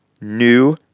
new